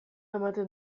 ematen